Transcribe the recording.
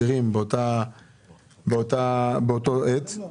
משמש את מינהלת הגמלאות שמשמשת שלם והיא משלמת את